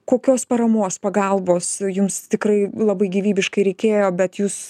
kokios paramos pagalbos jums tikrai labai gyvybiškai reikėjo bet jūs